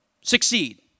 succeed